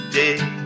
day